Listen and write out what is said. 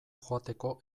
joateko